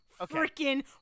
freaking